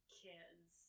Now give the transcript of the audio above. kids